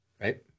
Right